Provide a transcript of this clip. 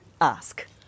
ask